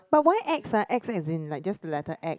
but why X ah X as in like just the letter X